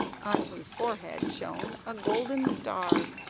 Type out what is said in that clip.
on whose forehead shone a golden star,